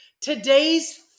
today's